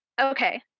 Okay